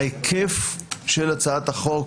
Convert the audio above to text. היקף הצעת החוק